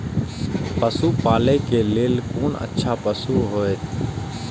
पशु पालै के लेल कोन अच्छा पशु होयत?